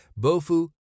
Bofu